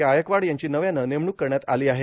गायकवाड यांची नव्यानं नेमणूक करण्यात आली आहे